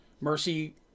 Mercy